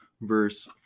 verse